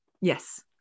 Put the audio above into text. Yes